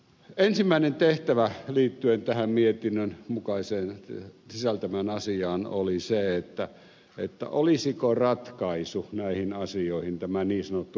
ensimmäinen tehtävä liittyen tähän mietinnön sisältämään asiaan oli se että olisiko ratkaisu näihin asioihin tämä niin sanottu ruotsin malli